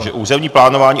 Takže územní plánování.